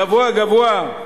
גבוהה-גבוהה: